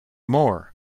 more